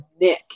Nick